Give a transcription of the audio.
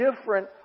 different